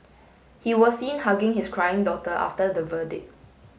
he was seen hugging his crying daughter after the verdict